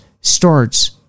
starts